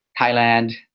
Thailand